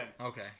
Okay